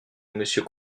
monsieur